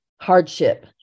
hardship